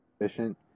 efficient